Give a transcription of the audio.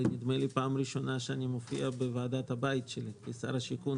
נדמה לי שזו הפעם הראשונה שאני מופיע בוועדת הבית שלי כשר השיכון,